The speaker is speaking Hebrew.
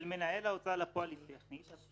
של מנהל ההוצאה לפועל היא טכנית.